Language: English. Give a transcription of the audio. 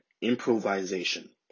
improvisation